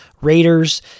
Raiders